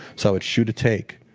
so would shoot a take,